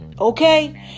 okay